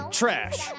trash